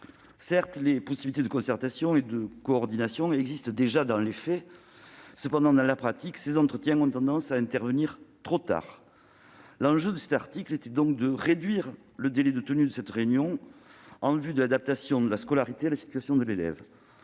Certes, les possibilités de concertation et de coordination existent déjà dans les faits. Cependant, dans la pratique, les entretiens ont souvent lieu trop tard. L'enjeu de cet article était donc de réduire le délai de tenue de cette réunion destinée à permettre l'adaptation de la scolarité de l'élève